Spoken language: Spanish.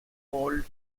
paul